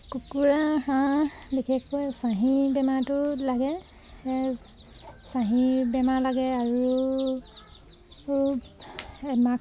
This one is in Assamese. কুকুৰা হাঁহ বিশেষকৈ চাহী বেমাৰটো লাগে চাহী বেমাৰ লাগে আৰু আৰু এই মাঘ